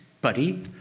buddy